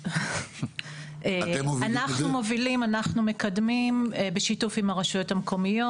אנחנו מקדמים בשיתוף עם הרשויות המקומיות.